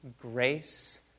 grace